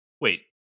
Wait